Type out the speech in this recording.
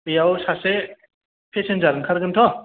बेयाव सासे पेसेनजार ओंखारगोन थ'